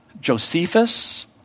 Josephus